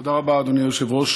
תודה רבה, אדוני היושב-ראש.